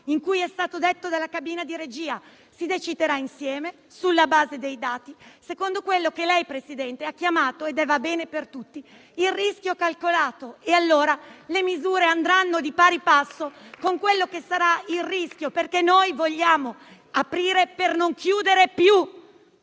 ciò che è stato detto nella cabina di regia: si deciderà insieme, sulla base dei dati, secondo quello che lei, presidente Draghi, ha chiamato - e va bene per tutti - il rischio calcolato. Allora, le misure andranno di pari passo con quello che sarà il rischio, perché noi vogliamo aprire per non chiudere più.